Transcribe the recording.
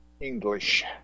English